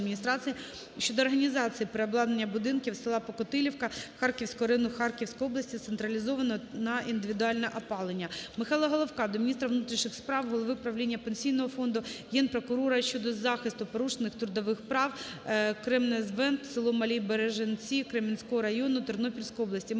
щодо організації переобладнання будинків села Покотилівка Харківського району Харківської області з централізованого на індивідуальне опалення. Михайла Головка до міністра внутрішніх справ, голови правління Пенсійного фонду України, Генпрокурора щодо захисту порушених трудових прав "Кремзвент" (село Малі Бережці Кременецького району Тернопільської області).